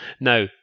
now